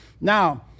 Now